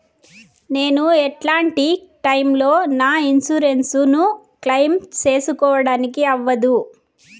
నేను ఎట్లాంటి టైములో నా ఇన్సూరెన్సు ను క్లెయిమ్ సేసుకోవడానికి అవ్వదు?